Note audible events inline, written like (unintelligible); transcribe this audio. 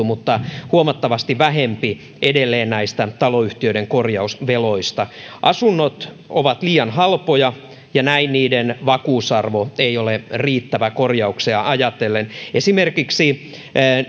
(unintelligible) mutta huomattavasti vähempi edelleen näistä taloyhtiöiden korjausveloista asunnot ovat liian halpoja ja näin niiden vakuusarvo ei ole riittävä korjauksia ajatellen esimerkiksi